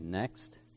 Next